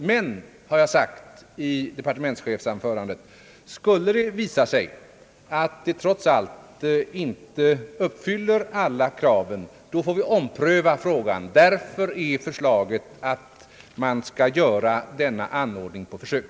Men, har jag sagt i departementschefsanförandet, skulle det visa sig att det trots allt inte uppfyller alla krav, får vi ompröva frågan. Därför föreslås att man skall göra denna anordning på försök.